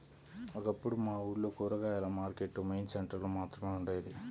ఒకప్పుడు మా ఊర్లో కూరగాయల మార్కెట్టు మెయిన్ సెంటర్ లో మాత్రమే ఉండేది